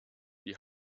die